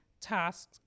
tasks